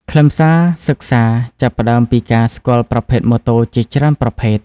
ខ្លឹមសារសិក្សាចាប់ផ្តើមពីការស្គាល់ប្រភេទម៉ូតូជាច្រើនប្រភេទ។